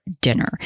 dinner